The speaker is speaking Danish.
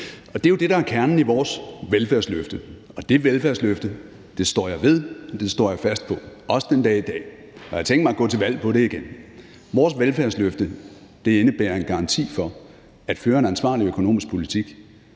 Det er jo det, der er kernen i vores velfærdsløfte, og det velfærdsløfte står jeg ved, og det står jeg fast på, også den dag i dag, og jeg har tænkt mig at gå til valg på det igen. Vores velfærdsløfte indebærer en garanti for, at der skal føres en ansvarlig økonomisk politik,